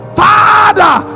father